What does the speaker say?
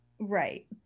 Right